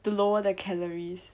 to lower the calories